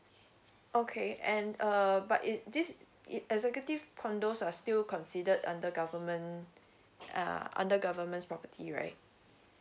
okay and uh but is this executive condos are still considered under government err under government's property right